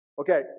okay